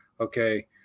Okay